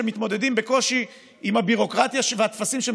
שמתמודדים בקושי עם הביורוקרטיה והטפסים שהם